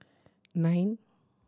nine